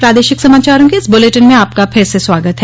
प्रादेशिक समाचारों के इस बुलेटिन में आपका फिर से स्वागत है